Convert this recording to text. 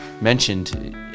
mentioned